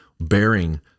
bearing